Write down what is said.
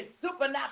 supernatural